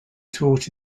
taught